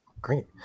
Great